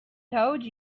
told